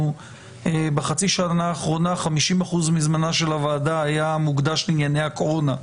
בחצי השנה האחרונה 50% מזמנה של הוועדה היה מוקדש לענייני הקורונה,